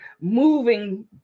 moving